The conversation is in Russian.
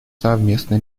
совместные